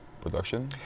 production